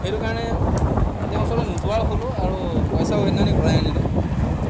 সেইটো কাৰণে তেওঁৰ ওচৰলৈ নোযোৱাও হ'লোঁ আৰু পইচাও সেইদিনাখনি ঘূৰাই আনিলোঁ